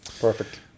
Perfect